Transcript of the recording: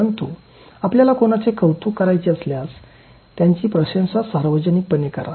परंतु आपल्याला कोणाचे कौतुक करायचे असल्यास त्यांची प्रशंसा सार्वजनिकपणे करा